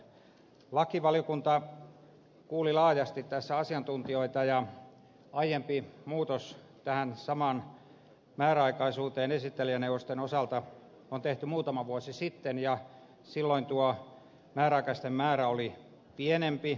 lakivaliokunta kuuli laajasti tässä asiantuntijoita ja aiempi muutos tähän samaan määräaikaisuuteen esittelijäneuvosten osalta on tehty muutama vuosi sitten ja silloin tuo määräaikaisten määrä oli pienempi